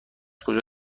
کجا